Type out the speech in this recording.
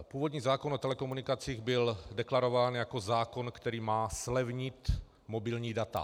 Původní zákon o telekomunikacích byl deklarován jako zákon, který má zlevnit mobilní data.